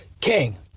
king